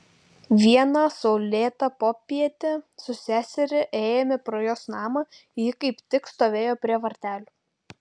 vieną saulėtą popietę su seseria ėjome pro jos namą ji kaip tik stovėjo prie vartelių